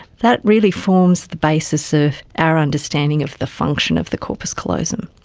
that really forms the basis of our understanding of the function of the corpus callosum.